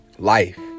Life